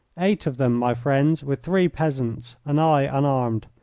eight of them, my friends, with three peasants, and i unarmed!